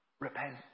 Repent